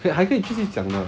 你还可以继续讲的